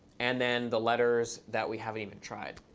and then the letters that we haven't even tried.